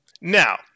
Now